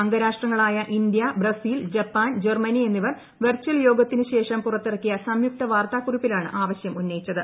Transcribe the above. അംഗരാഷ്ട്രങ്ങളായ India Brazil Japan Germany എന്നിവർ virtual പുറത്തിറക്കിയ സംയുക്ത വാർത്തിട്ടിക്റ്റിപ്പിലാണ് ആവശ്യം ഉന്നയിച്ചത്